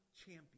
champion